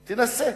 תנסה.